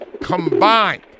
combined